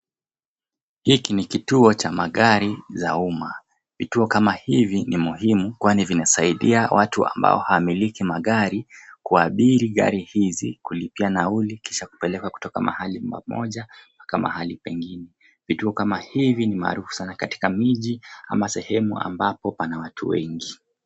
Hiki ni kituo cha magari za umma. Vituo kama hivi ni muhimu kwani vinasaidia watu ambao hawamiliki magari kuabiri gari hizi, kulipia nauli kisha kupelekwa kutoka mahali pamoja mpaka mahali pengine. Vituo kama hivi ni maarufu sana katika miji ama sehemu ambapo pana watu wengi.